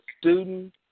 student